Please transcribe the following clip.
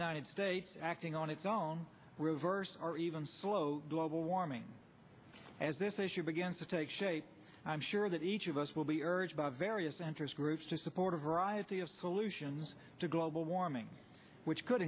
united states acting on its own reverse or even slow global warming as this issue begins to take shape i'm sure that each of us will be urged by various interest groups to support a variety of solutions to global warming which could